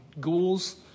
ghouls